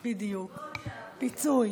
בדיוק, פיצוי.